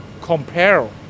compare